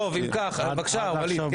טוב אם כך --- בבקשה ווליד, כן.